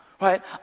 right